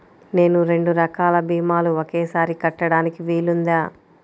నేను రెండు రకాల భీమాలు ఒకేసారి కట్టడానికి వీలుందా?